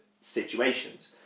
situations